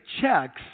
checks